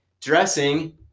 Dressing –